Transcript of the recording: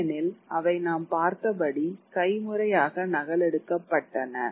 ஏனெனில் அவை நாம் பார்த்தபடி கைமுறையாக நகலெடுக்கப்பட்டன